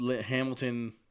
Hamilton